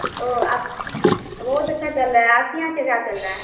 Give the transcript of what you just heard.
ओह आप बहुत अच्छा चल रहा है आप के यहाँ कैसा चल रहा है